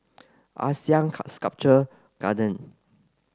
ASEAN Sculpture Garden